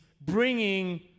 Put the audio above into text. bringing